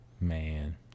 Man